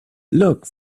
look